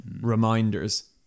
reminders